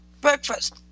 breakfast